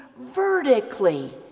vertically